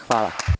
Hvala.